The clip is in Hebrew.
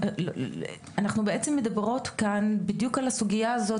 אנחנו בעצם מדברות כאן בדיוק על הסוגיה הזו